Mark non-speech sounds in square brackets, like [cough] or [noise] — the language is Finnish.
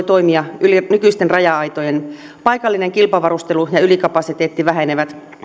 [unintelligible] toimia yli nykyisten raja aitojen paikallinen kilpavarustelu ja ylikapasiteetti vähenevät